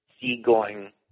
seagoing